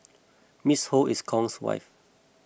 Ms Ho is Kong's wife